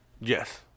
yes